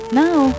now